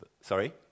sorry